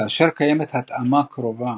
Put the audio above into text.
כאשר קיימת התאמה קרובה